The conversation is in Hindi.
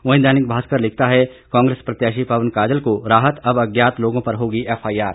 वहीं दैनिक भास्कर लिखता है कांग्रेस प्रत्याशी पवन काजल को राहत अब अज्ञात लोगों पर होगी एफआईआर